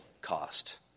cost